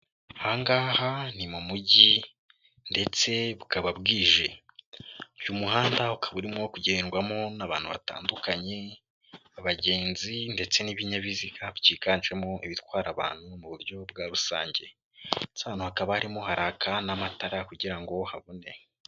Aha ngaha ni mu mujyi ndetse bukaba bwije. Uyu muhanda ukaba urimo kugendwamo n'abantu batandukanye; abagenzi ndetse n'ibinyabiziga byiganjemo ibitwara abantu mu buryo bwa rusange, ndetse aha hantu hakaba harimo haraka n'amatara kugira ngo habone.